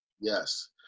Yes